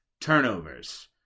Turnovers